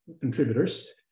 contributors